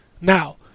Now